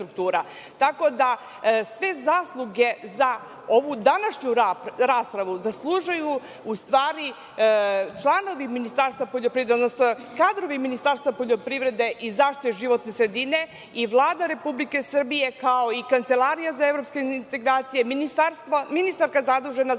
Tako da, sve zasluge za ovu današnju raspravu zaslužuju u stvari članovi Ministarstva poljoprivrede, odnosno kadrovi Ministarstva poljoprivrede i zaštite životne sredine i Vlada Republike Srbije, kao i Kancelarija za evropske integracije, ministarka zadužena za